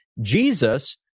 Jesus